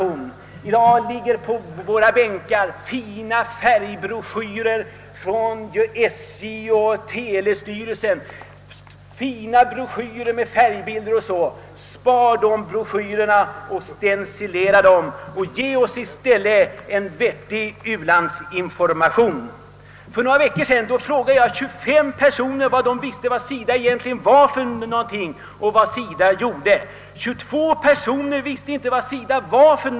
I dag ligger på våra bänkar fina broschyrer i flerfärgstryck från SJ och telestyrelsen. Spar in på dessa broschyrer genom att låta stencilera dem och ge oss i stället en vettig u-landsinformation! För några veckor sedan frågade jag 25 personer vad de visste om SIDA och dess verksamhet. 22 personer kände inte till vad SIDA var!